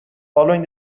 following